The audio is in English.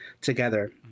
together